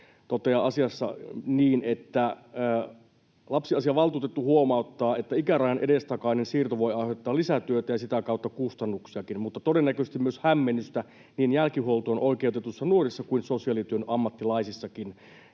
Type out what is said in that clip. toteaa asiassa näin: ”Lapsiasiavaltuutettu huomauttaa, että ikärajan edestakainen siirto voi aiheuttaa lisätyötä ja sitä kautta kustannuksiakin, mutta todennäköisesti myös hämmennystä niin jälkihuoltoon oikeutetuissa nuorissa kuin sosiaalityön ammattilaisissakin.